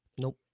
nope